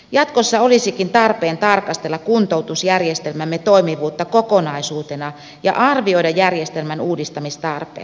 jatkossa olisikin tarpeen tarkastella kuntoutusjärjestelmämme toimivuutta kokonaisuutena ja arvioida järjestelmän uudistamistarpeet